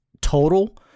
total